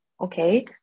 Okay